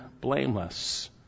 blameless